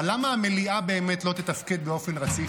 אבל למה המליאה באמת לא תתפקד באופן רציף?